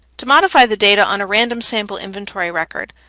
to modify the data on a random sample inventory record,